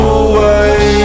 away